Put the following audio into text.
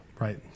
right